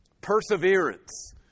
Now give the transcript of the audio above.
perseverance